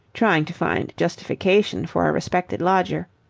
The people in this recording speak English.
trying to find justification for a respected lodger,